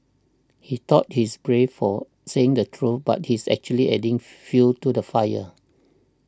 he thought he's brave for saying the truth but he's actually adding fuel to the fire